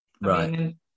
Right